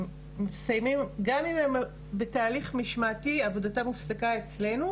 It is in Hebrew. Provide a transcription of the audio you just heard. גם אם הם בתהליך משמעתי עבודתם הופסקה אצלנו,